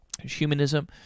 Humanism